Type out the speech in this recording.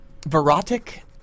Verotic